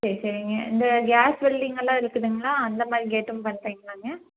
சரி சரிங்க இந்த கேஸ் வெல்டிங்கெல்லாம் இருக்குதுங்களா அந்தமாதிரி கேட்டும் பண்ணுறீங்களாங்க